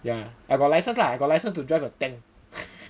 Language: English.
yeah I got license lah I got license to drive a tank